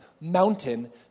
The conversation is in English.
mountain